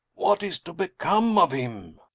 what is to become of him?